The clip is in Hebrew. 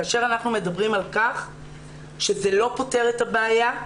כאשר אנחנו מדברים על כך שזה לא פותר את הבעיה,